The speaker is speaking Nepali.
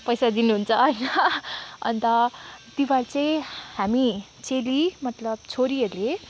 पैसा दिनुहुन्छ होइन अन्त तिहार चाहिँ हामी चेली मतलब छोरीहरूले